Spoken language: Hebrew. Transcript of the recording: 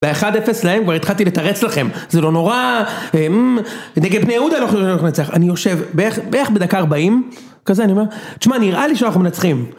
באחד אפס להם כבר התחלתי לתרץ לכם זה לא נורא ונגד בני יהודה לא יכולים להיות לנצח, אני יושב בערך בדקה ארבעים כזה אני אומר, תשמע נראה לי שאנחנו מנצחים